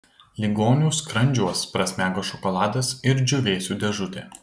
ligonių skrandžiuos prasmego šokoladas ir džiūvėsių dėžutė